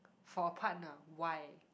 for partner why